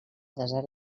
desert